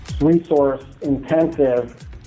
resource-intensive